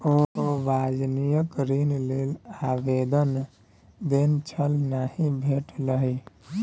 ओ वाणिज्यिक ऋण लेल आवेदन देने छल नहि भेटलनि